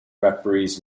referees